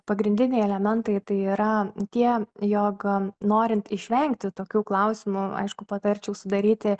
pagrindiniai elementai tai yra tie jog norint išvengti tokių klausimų aišku patarčiau sudaryti